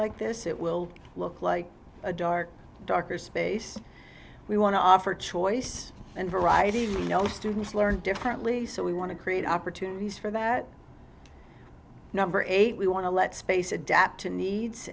like this it will look like a dark darker space we want to offer choice and variety you know students learn differently so we want to create opportunities for that number eight we want to let space adapt to needs